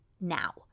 now